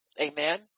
Amen